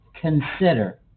consider